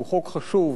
שהוא חוק חשוב,